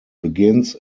begins